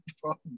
problem